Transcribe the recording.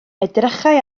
edrychai